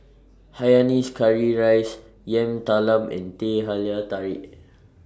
Hainanese Curry Rice Yam Talam and Teh Halia Tarik